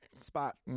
spot